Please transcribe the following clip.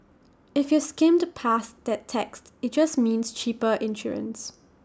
if you skimmed past that text IT just means cheaper insurance